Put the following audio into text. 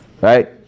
Right